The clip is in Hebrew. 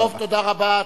טוב, תודה רבה.